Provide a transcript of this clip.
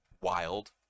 wild